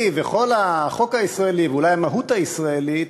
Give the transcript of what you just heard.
וכל החוק הישראלי ואולי המהות הישראלית